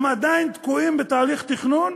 הם עדיין תקועים בתהליך תכנון,